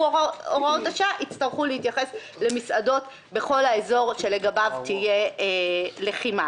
הוראות השעה יצטרכו להתייחס למסעדות בכל האזור שבו תהיה לחימה.